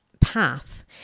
path